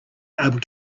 able